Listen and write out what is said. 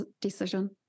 decision